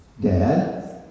Dad